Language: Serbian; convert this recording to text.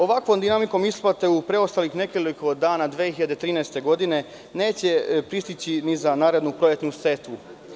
Ovakvom dinamikom isplate u preostalih nekoliko dana 2013. godine neće pristići ni za narednu prolećnu setvu.